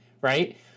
right